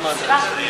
בבקשה, אדוני?